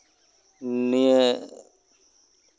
ᱱᱤᱭᱟᱹ